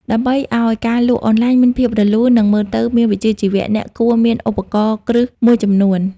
ដើម្បីឱ្យការលក់អនឡាញមានភាពរលូន និងមើលទៅមានវិជ្ជាជីវៈ អ្នកគួរមានឧបករណ៍គ្រឹះមួយចំនួន។